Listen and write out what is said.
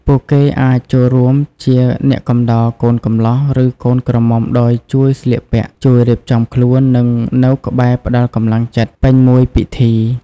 ពួកគេអាចចូលរួមជា អ្នកកំដរកូនកំលោះ ឬកូនក្រមុំ ដោយជួយ ស្លៀកពាក់ ជួយ រៀបចំខ្លួន និង នៅក្បែរផ្តល់កម្លាំងចិត្ត ពេញមួយពិធី។